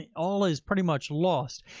all is pretty much lost.